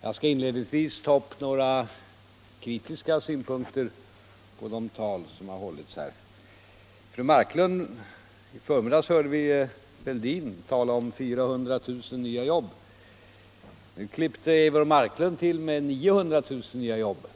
Jag skall inledningsvis lägga några kritiska synpunkter på de tal som har hållits här. Fru Marklund! I förmiddags hörde vi herr Fälldin tala om 400 000 nya jobb. Nu klippte Eivor Marklund till med 900 000 nya jobb.